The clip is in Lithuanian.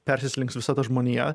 persislinks visa ta žmonija